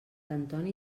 antoni